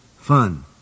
fun